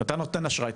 אתה נותן אשראי,